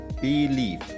BELIEVE